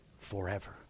forever